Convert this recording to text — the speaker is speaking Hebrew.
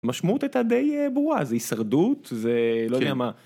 המשמעות הייתה די ברורה, זה הישרדות, זה לא יודע מה.